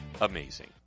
amazing